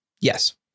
Yes